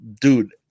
dude